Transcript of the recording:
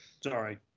Sorry